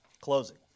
Closing